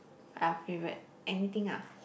are favourite anything ah